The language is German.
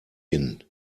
hin